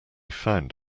found